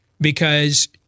because-